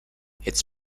its